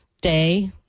day